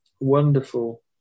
wonderful